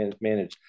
manage